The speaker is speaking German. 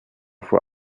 vor